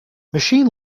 machine